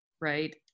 right